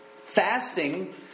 Fasting